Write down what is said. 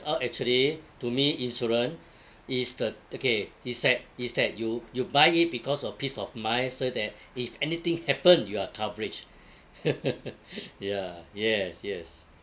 how actually to me insurance is the okay is like is like you you buy it because of peace of mind so that if anything happen you are coverage ya yes yes